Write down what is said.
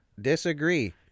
Disagree